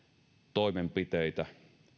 toimenpiteitä